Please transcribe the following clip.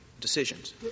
decisions